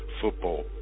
football